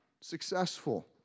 successful